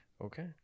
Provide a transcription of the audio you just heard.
Okay